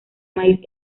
maíz